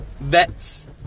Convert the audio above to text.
vets